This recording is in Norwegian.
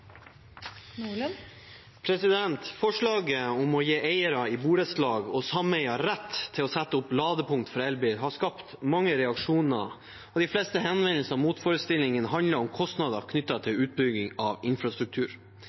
Forslaget om å gi eiere i borettslag og sameier rett til å sette opp ladepunkt for elbil har skapt mange reaksjoner, og de fleste henvendelsene og motforestillingene handler om kostnader knyttet til utbygging av infrastruktur.